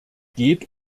geht